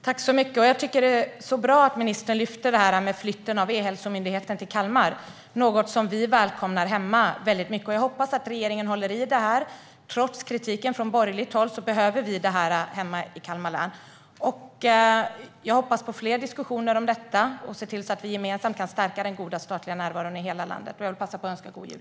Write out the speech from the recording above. Herr talman! Jag tycker att det är bra att ministern lyfter flytten av E-hälsomyndigheten till Kalmar. Det är något som vi hemma i Kalmar län välkomnar väldigt mycket. Jag hoppas att regeringen håller i det här. Trots kritiken från borgerligt håll behöver vi detta hemma i Kalmar län. Jag hoppas på fler diskussioner om detta och att vi ser till att vi gemensamt kan stärka den goda statliga närvaron i hela landet. Jag vill passa på att önska god jul.